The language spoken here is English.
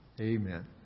Amen